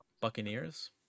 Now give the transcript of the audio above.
Buccaneers